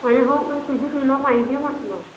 अरे हो पण किती किलो पाहिजे म्हटलं